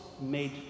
made